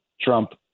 Trump